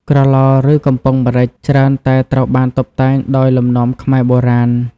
ក្រឡ ឬ កំប៉ុងម្រេចច្រើនតែត្រូវបានតុបតែងដោយលំនាំខ្មែរបុរាណ។